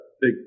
big